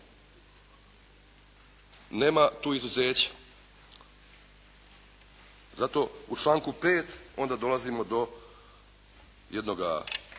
Nema tu izuzeća. Zato u članku 5. onda dolazimo do jednoga